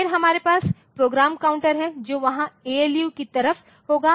फिर हमारे पास प्रोग्राम काउंटर है जो वहां एएलयू की तरफ होगा